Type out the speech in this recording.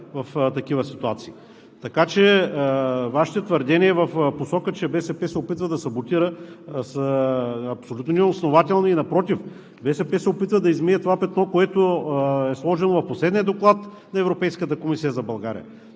в такива ситуации. Така че Вашите твърдения в посока, че БСП се опитва да саботира, са абсолютно неоснователни. Напротив, БСП се опитва да измие това петно, което е сложено в последния доклад на Европейската комисия за България.